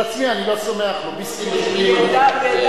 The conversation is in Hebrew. על עצמי אני לא סומך, לוביסטים משפיעים עלי.